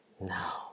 Now